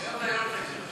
היום זה היארצייט שלו.